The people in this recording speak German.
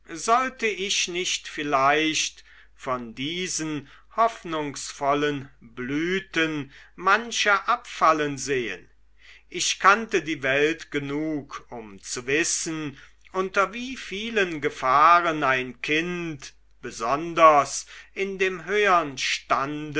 sollte ich nicht vielleicht von diesen hoffnungsvollen blüten manche abfallen sehen ich kannte die welt genug um zu wissen unter wie vielen gefahren ein kind besonders in dem höheren stande